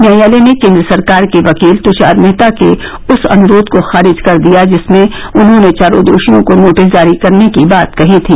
न्यायालय ने कोन्द्र सरकार के वकील तुषार मेहता के उस अनुरोध को खारिज कर दिया जिसमें उन्होंने चारों दोषियों को नोटिस जारी करने की बात कही थी